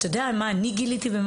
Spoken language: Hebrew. אתה יודע מה אני גיליתי?